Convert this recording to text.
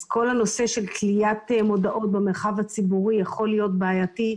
אז כל הנושא של תליית מודעות במרחב הציבורי יכול להיות בעייתי,